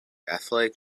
athletic